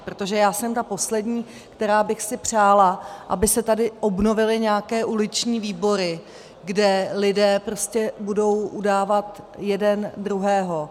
Protože já jsem ta poslední, která bych si přála, aby se tady obnovily nějaké uliční výbory, kde lidé prostě budou udávat jeden druhého.